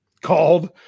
called